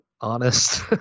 honest